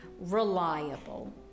reliable